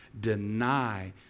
deny